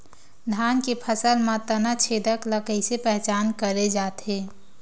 धान के फसल म तना छेदक ल कइसे पहचान करे जाथे?